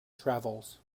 travels